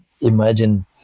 imagine